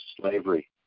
slavery